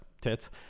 tits